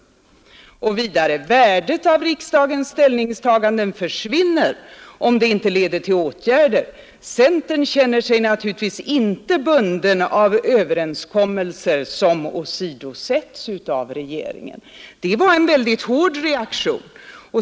Och vidare: Värdet av riksdagens ställningstaganden försvinner om de inte leder till åtgärder. Centern känner sig naturligtvis inte bunden av överenskommelser som åsidosätts utav regeringen. Det var en väldigt hård reaktion.